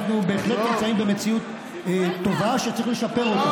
אנחנו בהחלט נמצאים במציאות טובה שצריך לשפר אותה.